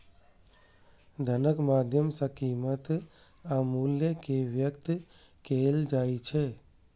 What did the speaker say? धनक माध्यम सं कीमत आ मूल्य कें व्यक्त कैल जाइ छै